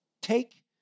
Take